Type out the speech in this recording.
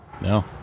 No